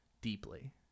deeply